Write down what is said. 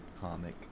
comic